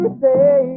say